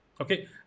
okay